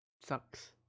Sucks